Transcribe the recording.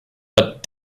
but